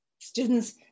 students